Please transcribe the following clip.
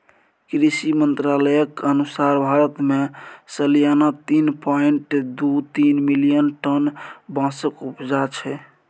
कृषि मंत्रालयक अनुसार भारत मे सलियाना तीन पाँइट दु तीन मिलियन टन बाँसक उपजा छै